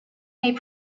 made